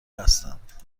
هستند